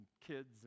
kids